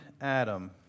Adam